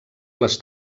les